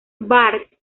bart